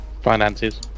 Finances